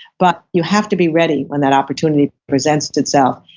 but you have to be ready when that opportunity presents itself.